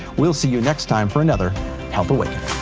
we'll see you next time for another health awakening.